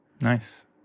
Nice